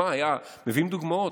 מביאים דוגמאות.